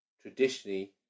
traditionally